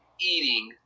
eating